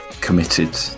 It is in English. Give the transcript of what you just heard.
committed